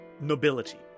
nobility